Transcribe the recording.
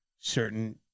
certain